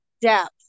depth